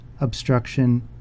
obstruction